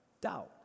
doubt